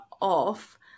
off